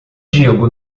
digo